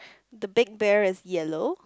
the big bear is yellow